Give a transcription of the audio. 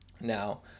Now